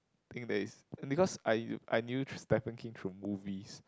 think that is because I I knew Stephen-King through movies